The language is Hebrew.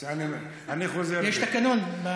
יש תקנון.